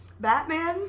Batman